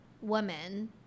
woman